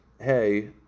hey